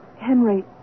Henry